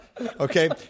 Okay